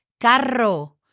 Carro